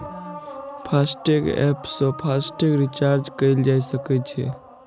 FASTag app सं FASTag recharge कैल जा सकै छै